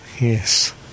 yes